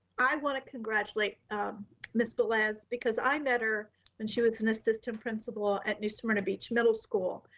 i wanna congratulate ms. velez because i met her when she was an assistant principal at new smyrna beach middle school.